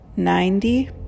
Ninety